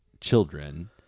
children